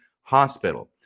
Hospital